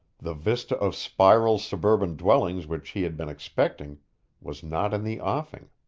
the vista of spiral suburban dwellings which he had been expecting was not in the offing.